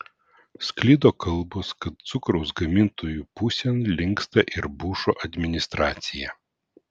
sklido kalbos kad cukraus gamintojų pusėn linksta ir bušo administracija